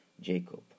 Jacob